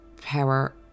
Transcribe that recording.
power